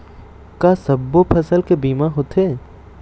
का सब्बो फसल के बीमा होथे?